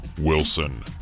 Wilson